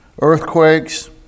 earthquakes